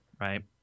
right